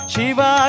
Shiva